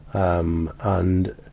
um, and